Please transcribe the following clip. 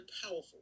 powerful